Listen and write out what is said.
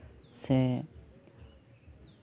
ᱥᱮ